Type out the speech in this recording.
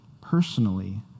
personally